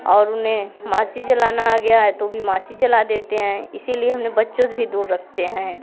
और उन्हें माचीस जलाना आ गया है तो भी माचीस जला देते हैं इसीलिए हमने बच्चों से भी दूर रखते हैं